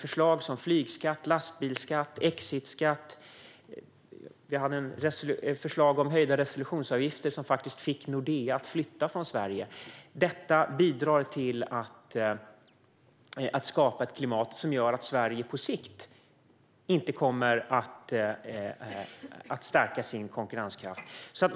Förslag som flygskatt, lastbilsskatt och exitskatt, liksom ett förslag om höjda resolutionsavgifter som faktiskt fick Nordea att flytta från Sverige, bidrar till att skapa ett klimat som gör att Sverige på sikt inte kommer att stärka sin konkurrenskraft.